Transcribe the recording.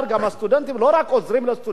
הסטודנטים לא רק עוזרים לסטודנטים,